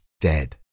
dead